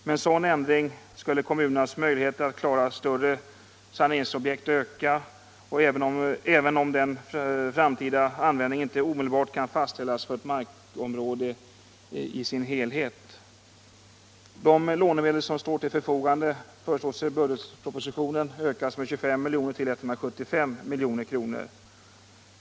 Med en sådan ändring skulle kommunernas möjligheter att klara större saneringsobjekt öka, även om den framtida användningen inte omedelbart kan fastställas för ett markområde i dess helhet. De lånemedel som står till förfogande föreslås i budgetpropositionen ökas med 25 milj.kr. till 175 milj.kr.